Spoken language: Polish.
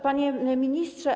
Panie Ministrze!